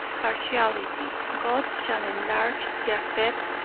partiality god shall enlarge japheth,